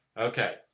Okay